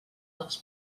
les